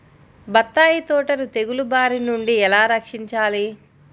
బత్తాయి తోటను తెగులు బారి నుండి ఎలా రక్షించాలి?